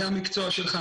זה המקצוע שלך.